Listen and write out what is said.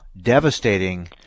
devastating